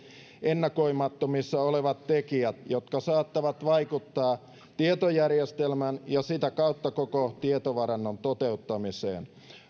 ennakoimattomissa olevat tekijät jotka saattavat vaikuttaa tietojärjestelmän ja sitä kautta koko tietovarannon toteuttamiseen